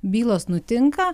bylos nutinka